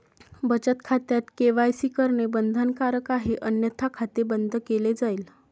बचत खात्यात के.वाय.सी करणे बंधनकारक आहे अन्यथा खाते बंद केले जाईल